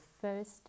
first